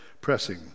pressing